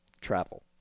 travel